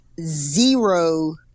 zero